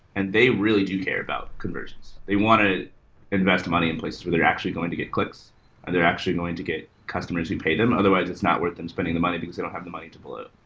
and they really do care about conversions. they want to invest money in places where they're actually going to get clicks and they're actually going to get customers who pay them. otherwise, it's not worth them spending the money, because they don't have the money to blow.